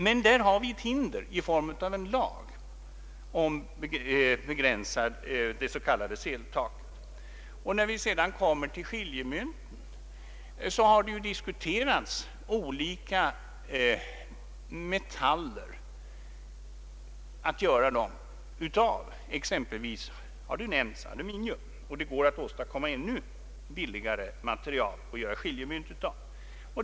Det finns bara ett hinder i form av en lag som begränsar utgivningen, det s.k. sedeltaket. Vad sedan gäller skiljemynten så har ju diskuterats att man skulle använda sig av olika metaller vid tillverkningen; t.ex. aluminium har nämnts, och det går att hitta ännu billigare material att göra skiljemynt av.